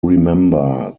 remember